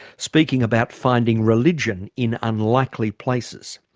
speaking about finding religion in unlikely places.